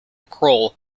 crawl